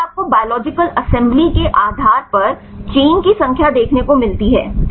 फिर आपको biological assembly के आधार पर चेन की संख्या देखने को मिलती है